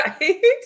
Right